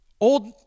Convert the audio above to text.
Old